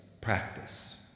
practice